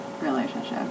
relationship